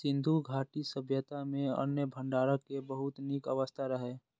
सिंधु घाटी सभ्यता मे अन्न भंडारण के बहुत नीक व्यवस्था रहै